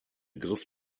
griff